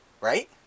Right